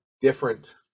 different